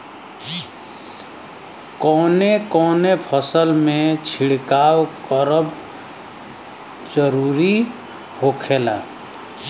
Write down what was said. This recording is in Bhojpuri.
कवने कवने फसल में छिड़काव करब जरूरी होखेला?